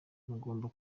mugomba